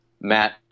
Matt